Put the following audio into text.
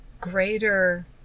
greater